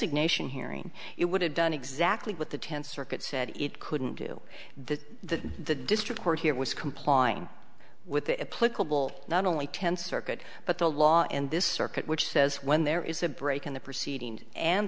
designation hearing it would have done exactly what the tenth circuit said it couldn't do that that the district court here was complying with the applicable not only tenth circuit but the law and this circuit which says when there is a break in the proceedings and